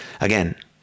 Again